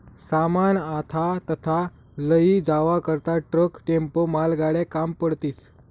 सामान आथा तथा लयी जावा करता ट्रक, टेम्पो, मालगाड्या काम पडतीस